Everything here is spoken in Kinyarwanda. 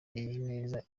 neza